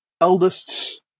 eldest's